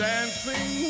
Dancing